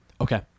Okay